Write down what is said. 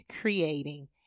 creating